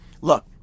Look